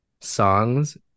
songs